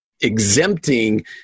exempting